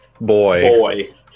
boy